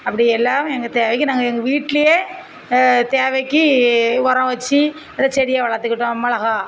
அப்படி எல்லாம் எங்கள் தேவைக்கு நாங்கள் எங்கள் வீட்லையே தேவைக்கு உரம் வச்சு நல்ல செடியை வளர்த்துக்கிட்டோம் மிளகா